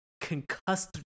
concussed